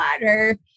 water